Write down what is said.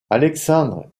alexandre